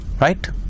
right